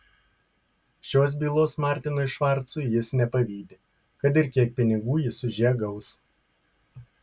šios bylos martinui švarcui jis nepavydi kad ir kiek pinigų jis už ją gaus